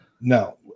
no